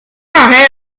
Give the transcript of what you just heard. have